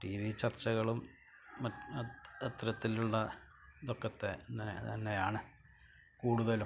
T V ചർച്ചകളും അത്തരത്തിലുള്ള ഇതൊക്കെ തന്നെയാണ് കൂടുതലും